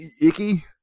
icky